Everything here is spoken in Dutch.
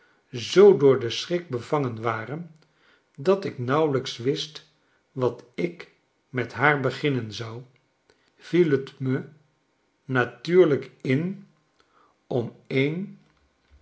zoo door den schrik bevangen waren dat ik nauweiyks wist wat ik met haar beginnen zou viel t'me natuurlijk in om een